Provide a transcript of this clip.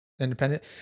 Independent